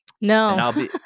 No